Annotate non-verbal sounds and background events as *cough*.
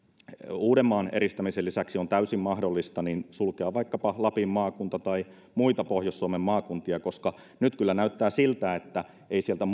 uudenmaan eristämisen lisäksi on täysin mahdollista sulkea vaikkapa lapin maakunta tai muita pohjois suomen maakuntia koska nyt kyllä näyttää siltä että ei sieltä *unintelligible*